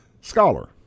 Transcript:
Scholar